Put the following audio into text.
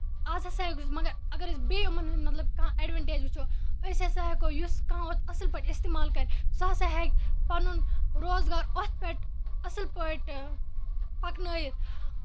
آز ہسا مگر اگر أسۍ بیٚیہِ یِمَن ہٕندۍ مطلب کانٛہہ ایڑوَنٹیج وُچھو أسۍ ہَسا ہیٚکو یُس کانٛہہ اَتھ اصل پٲٹھۍ اِستعمال کَرِ سُہ ہَسا ہیٚکہِ پَنُن روزگار اَتھ پٮ۪ٹھ اصل پٲٹھۍ پَکنٲیِتھ